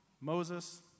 Moses